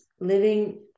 living